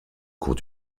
cours